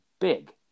big